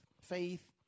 Faith